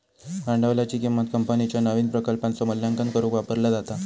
भांडवलाची किंमत कंपनीच्यो नवीन प्रकल्पांचो मूल्यांकन करुक वापरला जाता